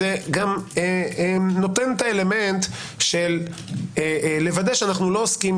זה גם נותן את האלמנט לוודא שאיננו עוסקים